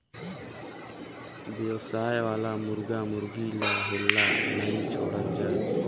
बेवसाय वाला मुरगा मुरगी ल हेल्ला नइ छोड़ल जाए